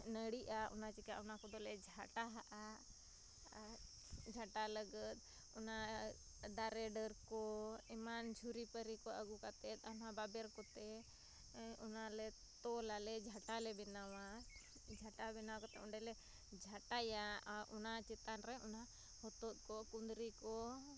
ᱱᱟ ᱲᱤᱜᱼᱟ ᱚᱱᱟ ᱪᱮᱠᱟ ᱚᱱᱟᱠᱚᱫᱚᱞᱮ ᱡᱷᱟᱴᱟᱦᱟᱜᱼᱟ ᱡᱷᱟᱴᱟ ᱞᱟᱹᱜᱟᱫ ᱚᱱᱟ ᱫᱟᱨᱮ ᱰᱟᱹᱨᱠᱚ ᱮᱢᱟᱱ ᱡᱷᱩᱨᱤᱼᱯᱟᱹᱨᱤᱠᱚ ᱟᱹᱜᱩ ᱠᱟᱛᱮᱫ ᱚᱱᱟ ᱵᱟᱵᱮᱨ ᱠᱚᱛᱮ ᱚᱱᱟᱞᱮ ᱛᱚᱞᱟᱞᱮ ᱡᱷᱟᱴᱟᱞᱮ ᱵᱮᱱᱟᱣᱟ ᱡᱷᱟᱴᱟ ᱵᱮᱱᱟᱣ ᱠᱟᱛᱮᱫ ᱚᱸᱰᱮᱞᱮ ᱡᱷᱟᱴᱟᱭᱟ ᱟᱨ ᱚᱱᱟ ᱪᱮᱛᱟᱱᱨᱮ ᱚᱱᱟ ᱦᱚᱛᱚᱫᱠᱚ ᱠᱩᱸᱫᱽᱨᱤᱠᱚ